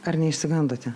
ar neišsigandote